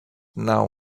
now